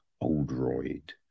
Oldroyd